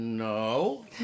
No